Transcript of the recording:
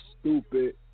stupid